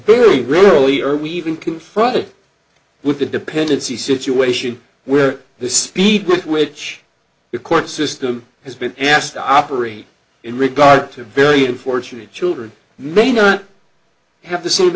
really are we even confronted with a dependency situation where the speed with which the court system has been asked to operate in regard to very unfortunate children may not have the same